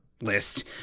list